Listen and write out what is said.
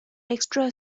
extra